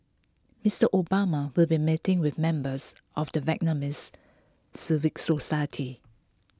Mister Obama will be meeting with members of the Vietnamese civil society